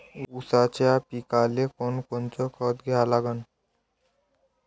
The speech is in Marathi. ऊसाच्या पिकाले कोनकोनचं खत द्या लागन?